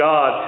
God